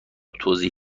توضیح